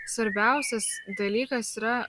svarbiausias dalykas yra